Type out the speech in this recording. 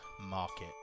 market